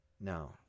No